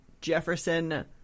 Jefferson